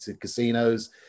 casinos